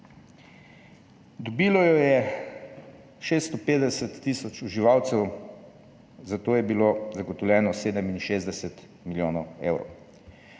Dobilo jo je 650 tisoč uživalcev, za to je bilo zagotovljeno 67 milijonov evrov.